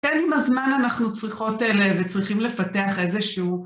כן עם הזמן אנחנו צריכות ל... וצריכים לפתח איזשהו...